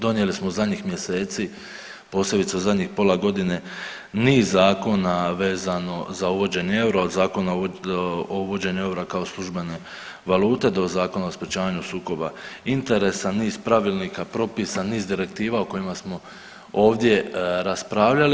Donijeli smo u zadnjih mjeseci, posebice u zadnjih pola godine niz zakona vezano za uvođenje eura, a i Zakona o uvođenju eura kao službene valute do Zakona o sprječavanju sukoba interesa, niz pravilnika, propisa, niz direktiva o kojima smo ovdje raspravljali.